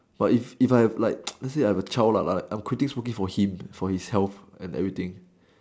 but if if I have like lets say I have a child lah I am quitting smoking for him for his health and everything